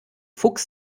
fuchs